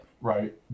right